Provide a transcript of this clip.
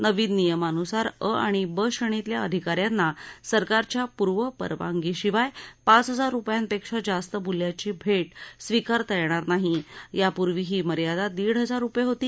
नवीन नियमांन्सार अ आणि व श्रेणीतल्या अधिकार्यांना सरकारच्या पूर्व परवानगीशिवाय पाच हजार रुपयापेक्षा जास्त मूल्याची भेट स्वीकारता येणार नाही यापूर्वी ही मर्यादा दीड हजार रुपये होती